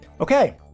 Okay